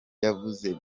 yavuze